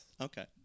okay